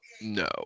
No